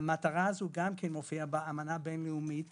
המטרה הזאת מופיעה גם באמנה הבין-לאומית